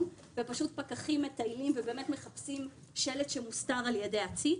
ופשוט פקחים מטיילים ומחפשים שלט שמוסתר על ידי עציץ.